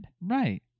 Right